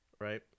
right